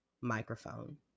microphone